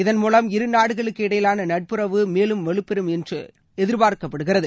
இதன்மூலம் இரு நாடுகளுக்கு இடையிலான நட்புறவு மேலும் வலுப்பெறும் என்று எதிர்பார்க்கப்படுகிறது